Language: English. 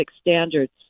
standards